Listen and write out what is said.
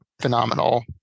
phenomenal